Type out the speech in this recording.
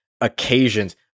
occasions